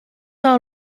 all